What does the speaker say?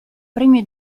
premio